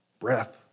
breath